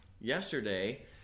yesterday